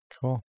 Cool